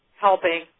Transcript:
helping